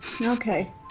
Okay